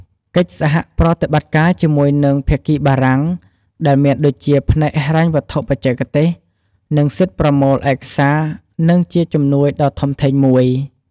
កិច្ចសហប្រតិបត្តិការជាមួយនឹងភាគីបារំាង ដែលមានដូចជាផ្នែកហិរញ្ញវត្ថុបច្ចេកទេស និងសិទ្ធប្រមូលឯកសារ គឺជាជំនួយដ៏ធំធេងមួយ។